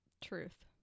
Truth